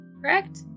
correct